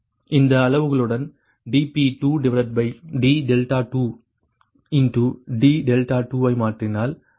இந்த அளவுருவுடன் dp2d2 d2 ஐ மாற்றினால் அது 52